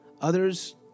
Others